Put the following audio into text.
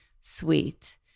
sweet